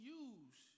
use